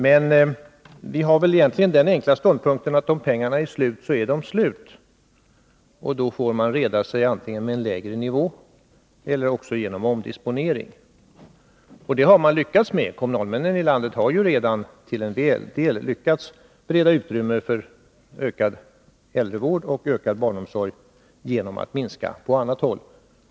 Men vi har den enkla ståndpunkten att om pengarna är slut så är de slut, och då får man antingen reda sig med en lägre nivå eller göra omdisponeringar. Och det har man lyckats med. Kommunalmännen i landet har ju redan till en del lyckats bereda utrymme för ökad äldrevård och ökad barnomsorg genom att minska på annat håll.